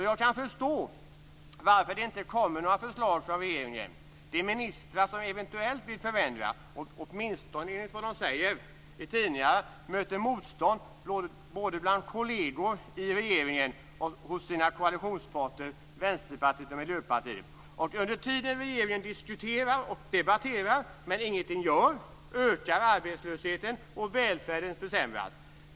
Jag kan förstå varför det inte kommer några förslag från regeringen. De ministrar som eventuellt vill förändra möter, åtminstone enligt vad de säger i tidningar, motstånd både bland kolleger i regeringen och hos sina koalitionspartner, Vänsterpartiet och Miljöpartiet. Och under tiden som regeringen diskuterar och debatterar men ingenting gör ökar arbetslösheten, och välfärden försämras.